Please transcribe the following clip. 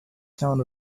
town